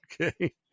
okay